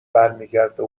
برمیگرده